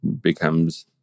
becomes